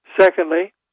Secondly